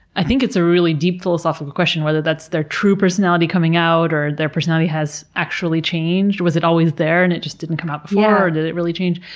i think it's a deep, philosophical question whether that's their true personality coming out, or their personality has actually changed. was it always there and it just didn't come out before? or did it really change?